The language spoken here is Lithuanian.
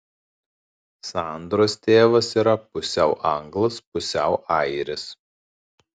sandros tėvas yra pusiau anglas pusiau airis